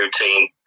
routine